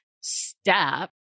step